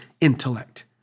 intellect